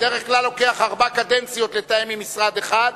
בדרך כלל לוקח ארבע קדנציות לתאם עם משרד אחד.